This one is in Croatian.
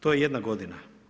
To je jedna godina.